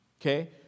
Okay